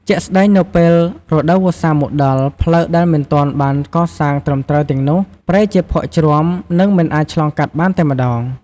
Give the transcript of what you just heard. ជាក់ស្តែង នៅពេលរដូវវស្សាមកដល់ ផ្លូវដែលមិនទាន់បានកសាងត្រឹមត្រូវទាំងនោះ ប្រែជាភក់ជ្រាំ និងមិនអាចឆ្លងកាត់បានតែម្តង។